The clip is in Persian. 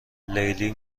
لیلی